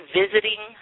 visiting